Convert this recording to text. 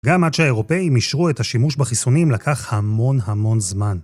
גם עד שהאירופאים אישרו את השימוש בחיסונים לקח המון המון זמן.